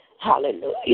Hallelujah